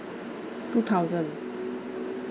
two thousand